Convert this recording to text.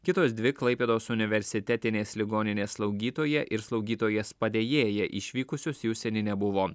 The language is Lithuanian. kitos dvi klaipėdos universitetinės ligoninės slaugytoja ir slaugytojos padėjėja išvykusios į užsienį nebuvo